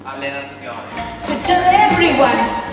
and and yeah ah and to tell everyone